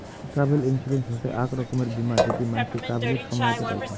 travel insurance হসে আক রকমের বীমা যেটি মানসি ট্রাভেলের সময়তে পাইচুঙ